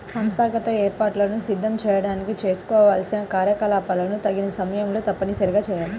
సంస్థాగత ఏర్పాట్లను సిద్ధం చేయడానికి చేసుకోవాల్సిన కార్యకలాపాలను తగిన సమయంలో తప్పనిసరిగా చేయాలి